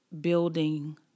building